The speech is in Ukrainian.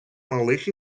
малих